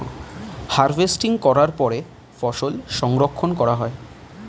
harvesting করার পরে ফসল সংরক্ষণ করা হয়